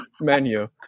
menu